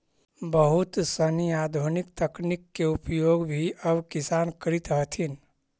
बहुत सनी आधुनिक तकनीक के उपयोग भी अब किसान करित हथिन